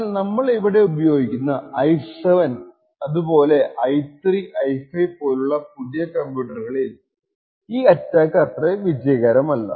എന്നാൽ നമ്മൾ ഇവിടെ ഉപയോഗിക്കുന്ന I7 അതുപോലെ I3 I5 പോലുള്ള പുതിയ കംപ്യൂട്ടറുകളിൽ ഈ അറ്റാക്ക്സ് അത്ര വിജയകരമല്ല